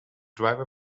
driver